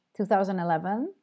2011